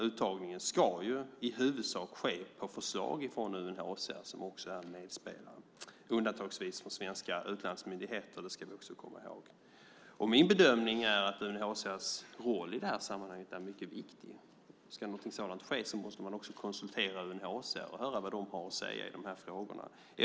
Uttagningen ska i huvudsak ske på förslag från UNHCR, som också är medspelaren. Undantagsvis är det svenska utlandsmyndigheter. Det ska vi också komma ihåg. Min bedömning är att UNHCR:s roll i sammanhanget är viktig. Ska något sådant ske måste man också konsultera UNHCR och höra vad de har att säga i frågorna.